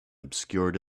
obscured